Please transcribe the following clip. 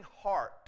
heart